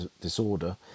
disorder